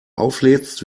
auflädst